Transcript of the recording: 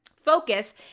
focus